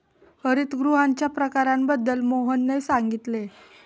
हरितगृहांच्या प्रकारांबद्दल मोहनने सांगितले